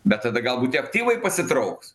bet tada galbūt tie aktyvai pasitrauks